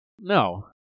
No